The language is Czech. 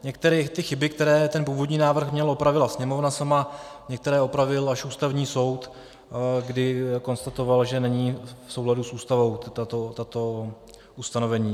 Některé chyby, které ten původní návrh měl, opravila Sněmovna sama, některé opravil až Ústavní soud, kdy konstatoval, že nejsou v souladu s Ústavou tato ustanovení.